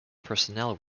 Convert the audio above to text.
personnel